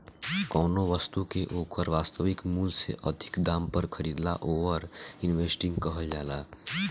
कौनो बस्तु के ओकर वास्तविक मूल से अधिक दाम पर खरीदला ओवर इन्वेस्टिंग कहल जाला